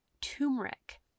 turmeric